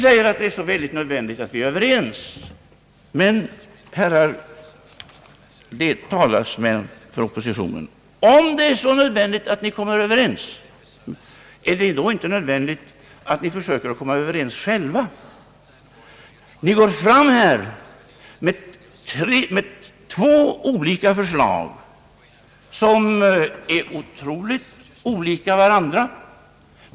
Ni säger att det är så nödvändigt att vi är överens, men, herrar talesmän för oppositionen, om det är så nödvändigt att vi kommer överens, är det då inte nödvändigt att ni försöker komma Överens själva? Ni går här fram med två olika förslag, som är mycket olika varandra.